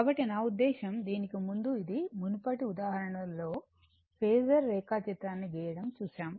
కాబట్టి నా ఉద్దేశం దీనికి ముందు ఇది మునుపటి ఉదాహరణ లో ఫేసర్ రేఖాచిత్రాన్ని గీయడం చూశాము